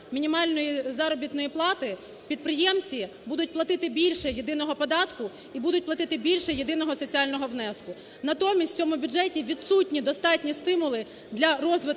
мінімальної заробітної плати підприємці будуть платити більше єдиного податку і будуть платити більше єдиного соціального внеску. Натомість у цьому бюджеті відсутні достатні стимули для розвитку